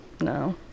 no